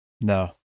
no